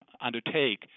undertake